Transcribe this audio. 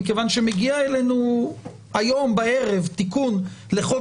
מכיוון שמגיע אלינו הערב תיקון לחוק